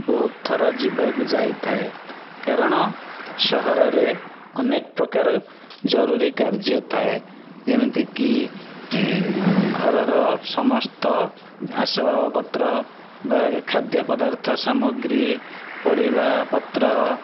ବହୁତଥର ଯିବାକୁ ଯାଇଥାଏ କାରଣ ସହରରେ ଅନେକପ୍ରକାର ଜରୁରୀ କାର୍ଯ୍ୟଥାଏ ଯେମିତିକି ଘରର ସମସ୍ତ ଆସବାବପତ୍ର ବା ଖାଦ୍ୟ ପଦାର୍ଥ ସାମଗ୍ରୀ ପରିବାପତ୍ର